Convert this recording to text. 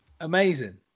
amazing